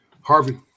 Harvey